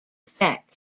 effect